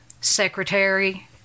secretary